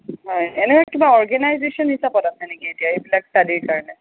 হয় এনেই কিবা অৰ্গেনাইজেশ্যন হিচাপত আছে নেকি এতিয়া এইবিলাক ষ্টাডিৰ কাৰণে